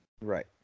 Right